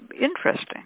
interesting